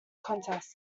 contest